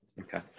Okay